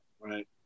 right